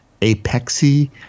Apexi